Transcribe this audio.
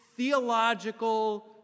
theological